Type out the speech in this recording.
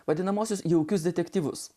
vadinamuosius jaukius detektyvus